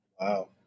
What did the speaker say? Wow